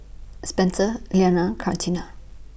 Spencer Leanna Catrina